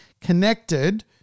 Connected